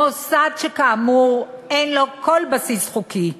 מוסד שכאמור אין לו כל בסיס חוקי.